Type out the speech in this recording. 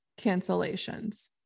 cancellations